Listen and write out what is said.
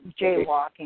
jaywalking